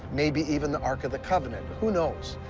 maybe even the ark of the covenant, who knows?